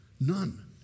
None